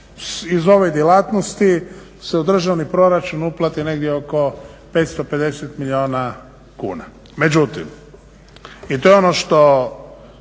iz ove djelatnosti se u državni proračun uplati negdje oko 550 milijuna kuna. Međutim, i to je ono što